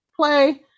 play